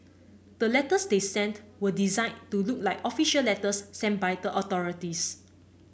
the letters they sent were designed to look like official letters sent by the authorities